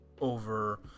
over